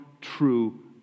true